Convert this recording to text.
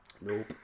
Nope